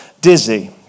dizzy